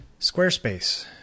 Squarespace